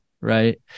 Right